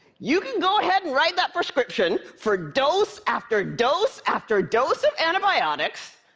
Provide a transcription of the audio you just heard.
you can go ahead and write that prescription for dose after dose after dose of antibiotics,